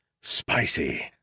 Spicy